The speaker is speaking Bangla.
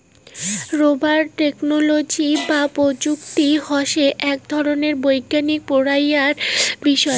রাবার টেকনোলজি বা প্রযুক্তি হসে আক ধরণের বৈজ্ঞানিক পড়াইয়ার বিষয়